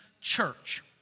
church